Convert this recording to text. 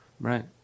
right